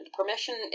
Permission